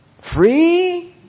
Free